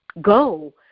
go